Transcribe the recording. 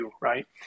right